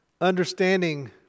Understanding